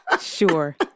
Sure